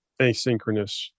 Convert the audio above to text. asynchronous